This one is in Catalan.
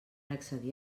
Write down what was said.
accedir